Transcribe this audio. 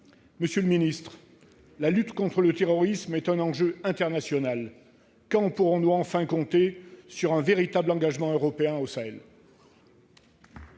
et le fanatisme ? La lutte contre le terrorisme est un enjeu international. Quand pourrons-nous enfin compter sur un véritable engagement européen au Sahel ?